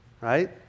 right